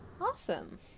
Awesome